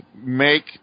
make